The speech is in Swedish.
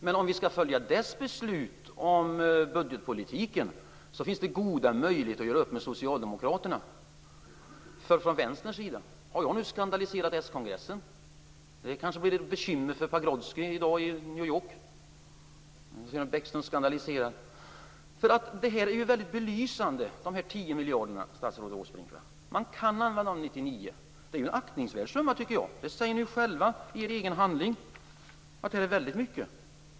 Men om vi skall följa dess beslut om budgetpolitiken finns det goda möjligheter att göra upp med Socialdemokraterna. Från Vänsterns sida har jag nu skandaliserat s-kongressen. Det kanske blir ett bekymmer för Pagrotsky i New York i dag. Det här är belysande. De 10 miljarderna kan man använda 1999, statsrådet Åsbrink. Det är en aktningsvärd summa, tycker jag. Ni säger själva i er egen handling att det är väldigt mycket.